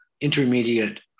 intermediate